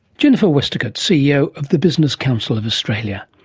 jennifer westacott, ceo of the business council of australia.